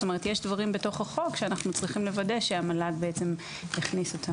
זאת אומרת יש דברים בתוך החוק שאנחנו צריכים לוודא שהמל"ג הכניס אותם.